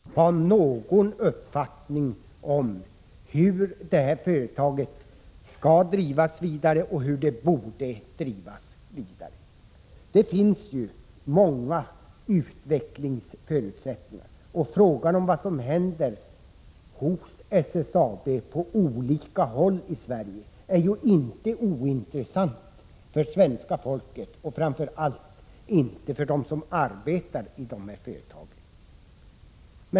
Fru talman! Tack, industriministern, för svaret! LKAB har dränerats på kapital i inte obetydlig omfattning genom det här beslutet. Det är inte underligt att man funderar på vilken strategi som de statliga företagen arbetar efter. I det senaste numret av Veckans Affärer tas upp hur man handhar företagsköp och företagssamgående. Där pekas på hur man ”dammsuger” möjligheterna att finna samverkansfördelar. Thage G. Peterson vill inte på — Prot. 1986/87:31 något sätt tala om vad som skall ske. Naturligtvis måste den främste 20november 1986 företrädaren för ägaren staten ha någon uppfattning om hur det här företaget. Moda, skall drivas vidare och hur det borde drivas vidare. Det finns många utvecklingsförutsättningar, och frågan om vad som händer hos SSAB på olika håll i Sverige är ju inte ointressant för svenska folket, framför allt inte för dem som arbetar i koncernen.